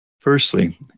Firstly